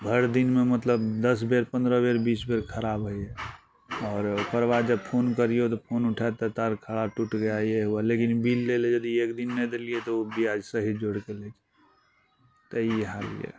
भरि दिनमे मतलब दश बेर पन्द्रह बेर बीस बेर खराब होइए आओर ओकर बाद जब फोन करियौ तऽ फोन उठाएत तऽ तार खराब टुट गया ये हुआ लेकिन बिल दै लए जदि एक दिन नहि देलियै तऽ ओ ब्याज सहित जोड़ि कऽ लेत तऽ ई हाल यऽ